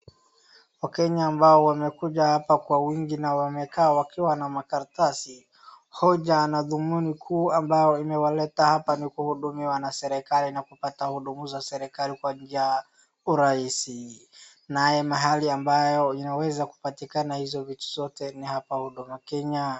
Wakenya ambao wamekuja hapa kwa wingi na wamekaa wakiwa na makaratasi, hoja na dhumuni kuu ambayo imewaleta hapa ni kuhudumiwa na serikali na kupata huduma za serikali kwa njia ya urahisi. Naye mahali ambayo inaweza kupatikana hizo vitu zote ni hapa Huduma Kenya.